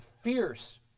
fierce